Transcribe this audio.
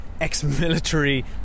ex-military